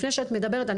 לפני שאת מדברת,